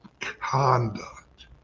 conduct